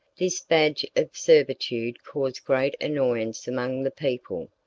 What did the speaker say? this badge of servitude caused great annoyance among the people,